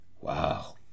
Wow